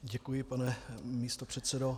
Děkuji, pane místopředsedo.